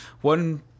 one